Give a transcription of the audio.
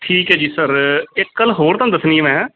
ਠੀਕ ਹੈ ਜੀ ਸਰ ਇੱਕ ਗੱਲ ਹੋਰ ਤੁਹਾਨੂੰ ਦੱਸਣੀ ਮੈਂ